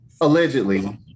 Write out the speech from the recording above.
allegedly